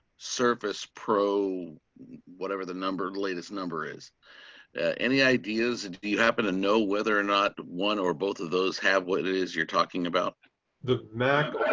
surface pro whatever the number latest number is any ideas. and do you happen to know whether or not one or both of those have what it is you're talking about the mac.